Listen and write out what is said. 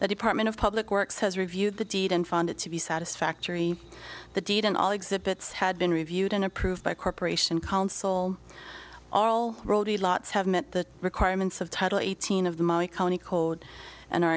the department of public works has reviewed the deed and found it to be satisfactory the deed and all exhibits had been reviewed and approved by corporation council all rolled the lats have met the requirements of title eighteen of the county code and are